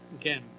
again